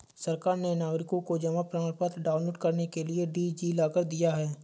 सरकार ने नागरिकों को जमा प्रमाण पत्र डाउनलोड करने के लिए डी.जी लॉकर दिया है